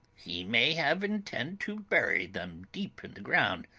he may have intend to bury them deep in the ground.